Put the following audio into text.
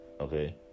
Okay